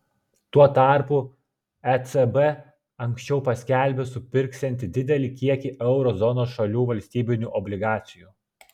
tuo tarpu ecb anksčiau paskelbė supirksiantis didelį kiekį euro zonos šalių valstybinių obligacijų